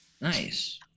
Nice